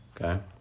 Okay